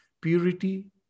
Purity